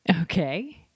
Okay